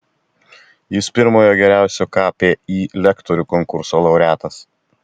jis pirmojo geriausio kpi lektorių konkurso laureatas